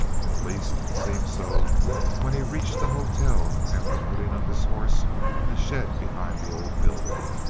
at least, it seemed so when he reached the hotel after putting up his horse in the shed behind the old building.